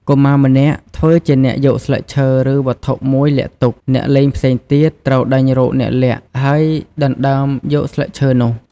កុមារម្នាក់ធ្វើជាអ្នកយកស្លឹកឈើ ឬវត្ថុតូចមួយលាក់ទុក អ្នកលេងផ្សេងទៀតត្រូវដេញរកអ្នកលាក់ ហើយដណ្តើមយកស្លឹកឈើនោះ ។